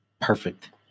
perfect